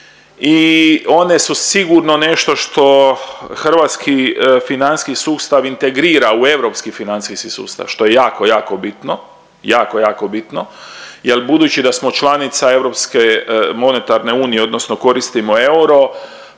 i one su sigurno nešto što hrvatski financijski sustav integrira u europski financijski sustav što je jako, jako bitno, jako, jako bitno jel budući da smo članica Europske monetarne unije odnosno koristimo euro